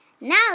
Now